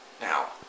now